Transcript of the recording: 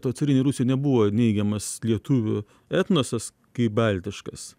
toj carinei rusijoj nebuvo neigiamas lietuvių etnosas kaip baltiškas